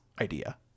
idea